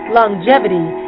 longevity